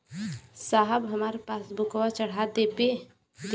साहब हमार पासबुकवा चढ़ा देब?